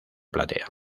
platea